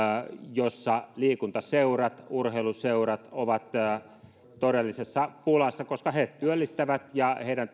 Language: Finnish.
jossa liikuntaseurat urheiluseurat ovat todellisessa pulassa koska he työllistävät ja heidän